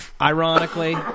Ironically